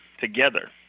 together